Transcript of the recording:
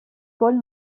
poll